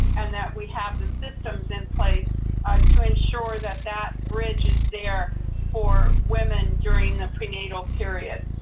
and that we have the systems in place to ensure that, that bridge is there for women during the prenatal period.